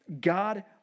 God